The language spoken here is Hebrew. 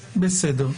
בסדר.